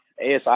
ASI